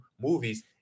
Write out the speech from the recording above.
movies